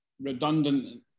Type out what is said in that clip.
redundant